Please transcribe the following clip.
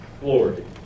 glory